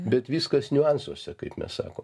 bet viskas niuansuose kaip mes sakom